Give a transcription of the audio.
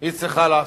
היא צריכה לעשות.